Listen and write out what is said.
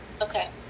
okay